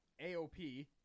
AOP